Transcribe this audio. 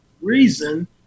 reason